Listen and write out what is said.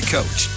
Coach